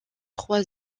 trois